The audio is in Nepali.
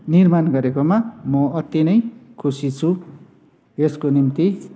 निर्माण गरेकोमा म अति नै खुसी छु यसको निम्ति